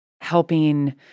helping